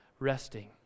resting